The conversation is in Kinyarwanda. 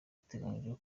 biteganyijwe